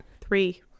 Three